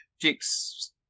Jigs